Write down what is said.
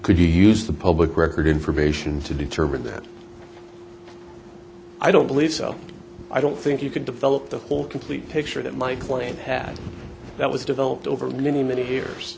could you use the public record information to determine that i don't believe so i don't think you can develop the whole complete picture that my client had that was developed over many many years